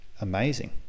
amazing